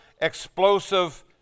explosive